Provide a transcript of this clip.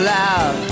loud